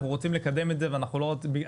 אנחנו רוצים לקדם את זה ואנחנו לא רוצים,